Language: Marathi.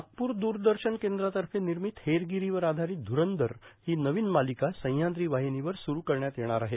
नागप्र द्ररदर्शन केंद्रातर्फे निर्मित हेरगिरीवर आधारीत ध्ररंदर ही नवीन मालिका सह्याद्री वाहिनीवर सुरू करण्यात येणार आहे